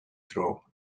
throw